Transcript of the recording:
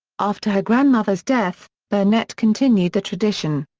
after her grandmother's death, burnett continued the tradition.